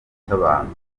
cy’abantu